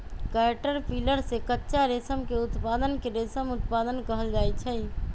caterpillar से कच्चा रेशम के उत्पादन के रेशम उत्पादन कहल जाई छई